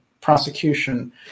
prosecution